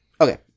Okay